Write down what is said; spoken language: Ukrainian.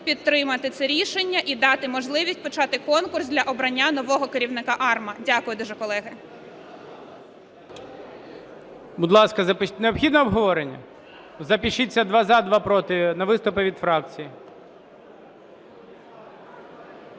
підтримати це рішення і дати можливість почати конкурс для обрання нового керівника АРМА. Дякую дуже, колеги. ГОЛОВУЮЧИЙ. Будь ласка, запишіться… Необхідно обговорення? Запишіться: два – за, два – проти на виступи від фракцій.